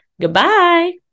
Goodbye